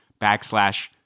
backslash